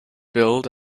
build